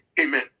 Amen